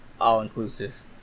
all-inclusive